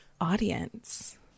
Audience